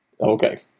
Okay